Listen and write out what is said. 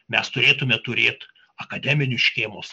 mes turėtume turėt akademinius škėmos